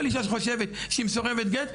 כל אישה שחושבת שהיא מסורבת גט,